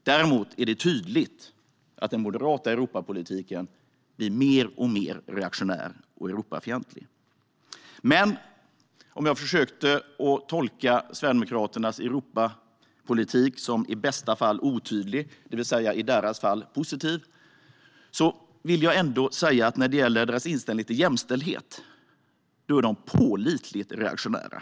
Det är däremot tydligt att den moderata Europapolitiken blir mer och mer reaktionär och Europafientlig. Jag försökte tolka Sverigedemokraternas Europapolitik som i bästa fall otydlig, det vill säga i deras fall positiv, men när det gäller deras inställning till jämställdhet vill jag säga att där är de pålitligt reaktionära.